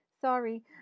sorry